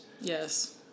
Yes